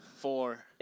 four